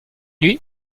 nuit